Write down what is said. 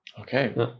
okay